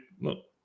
look